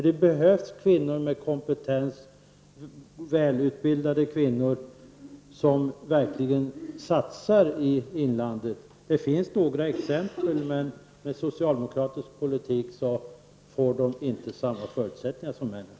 Det behövs kvinnor med kompetens, välutbildade kvinnor, som verkligen satsar på inlandet. Det finns några exempel, men med socialdemokratisk politik får de inte samma förutsättningar som männen.